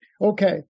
Okay